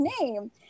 name